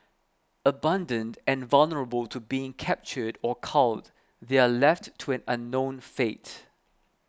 abandoned and vulnerable to being captured or culled they are left to an unknown fate